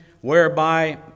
whereby